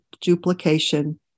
duplication